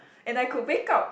and I could wake up